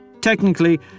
Technically